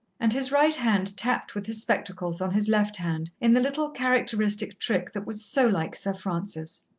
and his right hand tapped with his spectacles on his left hand, in the little, characteristic trick that was so like sir francis.